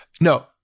No